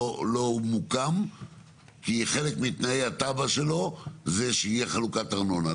מוקם כי חלק מתנאי התב"ע שלו זה שיהיה חלוקת ארנונה,